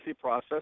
process